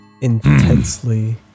intensely